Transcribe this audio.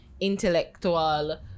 intellectual